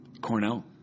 Cornell